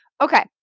Okay